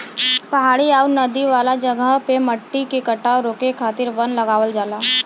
पहाड़ी आउर नदी वाला जगह पे मट्टी के कटाव रोके खातिर वन लगावल जाला